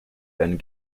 and